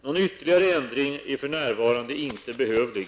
Någon ytterligare ändring är för närvarande inte behövlig.